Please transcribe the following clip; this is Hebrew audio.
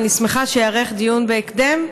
ואני שמחה שייערך דיון בהקדם.